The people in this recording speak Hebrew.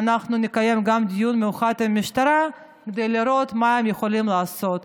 ואנחנו נקיים גם דיון מיוחד עם המשטרה כדי לראות מה הם יכולים לעשות.